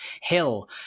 hill